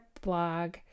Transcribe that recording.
blog